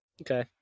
Okay